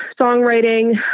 songwriting